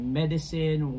medicine